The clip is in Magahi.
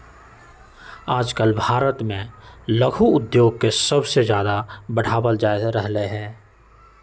आजकल भारत में लघु उद्योग के सबसे ज्यादा बढ़ावल जा रहले है